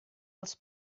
els